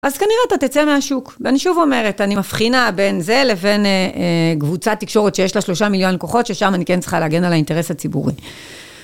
אז כנראה אתה תצא מהשוק. ואני שוב אומרת, אני מבחינה בין זה לבין קבוצת תקשורת שיש לה 3 מיליון לקוחות, ששם אני כן צריכה להגן על האינטרס הציבורי.